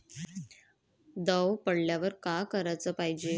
दव पडल्यावर का कराच पायजे?